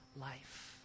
life